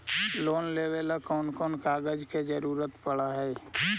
Loan लेबे ल कैन कौन कागज के जरुरत पड़ है?